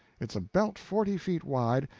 it's a belt forty feet wide,